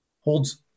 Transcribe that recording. holds